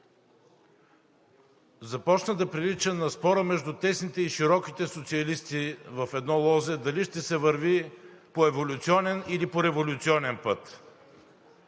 Започна да прилича на спора между тесните и широките социалисти в едно лозе – дали ще се върви по еволюционен, или по революционен път.